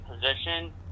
position